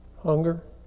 hunger